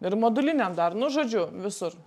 ir moduliniam dar nu žodžiu visur